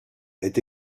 est